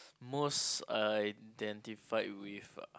most identified with ah